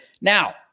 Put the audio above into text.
Now